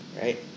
Right